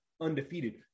Undefeated